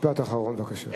משפט אחרון, בבקשה.